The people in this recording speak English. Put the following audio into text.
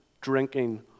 drinking